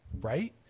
right